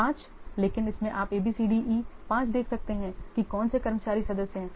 5 लेकिन इसमें आप A B C D E 5 देख सकते हैं कि कौन से कर्मचारी सदस्य हैं